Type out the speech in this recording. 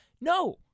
No